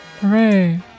Hooray